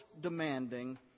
demanding